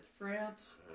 France